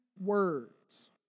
words